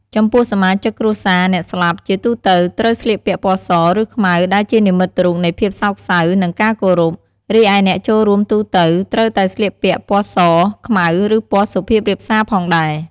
ចំំពោះសមាជិកគ្រួសារអ្នកស្លាប់ជាទូទៅត្រូវស្លៀកពាក់ ពណ៌ស ឬខ្មៅ ដែលជានិមិត្តរូបនៃភាពសោកសៅ និងការគោរព រីឯអ្នកចូលរួមទូទៅត្រូវតែស្លៀកពាក់ពណ៌សខ្មៅឬពណ៌សុភាពរាបសាផងដែរ។